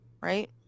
right